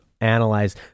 Analyze